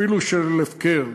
אפילו של הפקר".